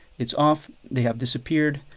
it's off, they have disappeared.